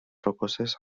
rocoses